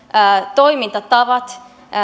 toimintatavat